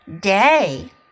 day